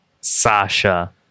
Sasha